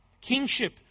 kingship